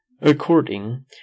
according